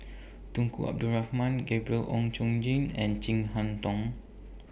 Tunku Abdul Rahman Gabriel Oon Chong Jin and Chin Harn Tong